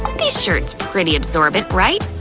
this shirt's pretty absorbent, right?